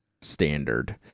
standard